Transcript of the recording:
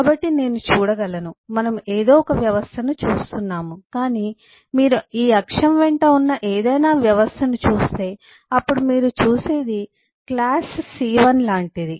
కాబట్టి నేను చూడగలను మనము ఏదో ఒక వ్యవస్థను చూస్తున్నాము కాని మీరు ఈ అక్షం వెంట ఉన్న ఏదైనా వ్యవస్థను చూస్తే అప్పుడు మీరు చూసేది క్లాస్ C1 లాంటిది